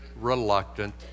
reluctant